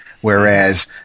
Whereas